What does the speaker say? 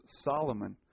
Solomon